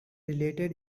related